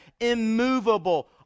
immovable